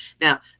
now